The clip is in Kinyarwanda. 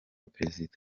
perezida